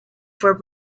for